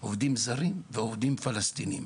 עובדים זרים ועובדים פלסטינים,